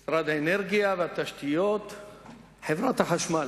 הלאומיות, חברת החשמל.